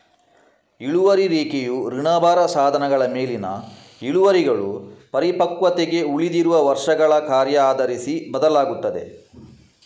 ಇಳುವರಿ ರೇಖೆಯು ಋಣಭಾರ ಸಾಧನಗಳ ಮೇಲಿನ ಇಳುವರಿಗಳು ಪರಿಪಕ್ವತೆಗೆ ಉಳಿದಿರುವ ವರ್ಷಗಳ ಕಾರ್ಯ ಆಧರಿಸಿ ಬದಲಾಗುತ್ತದೆ